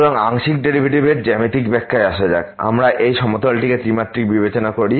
সুতরাং আংশিক ডেরিভেটিভের জ্যামিতিক ব্যাখ্যায় আসা যাক আমরা এই সমতলটিকে ত্রিমাত্রিক বিবেচনা করি